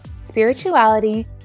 spirituality